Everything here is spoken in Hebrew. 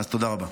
תודה רבה.